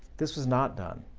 this was not done,